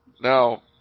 Now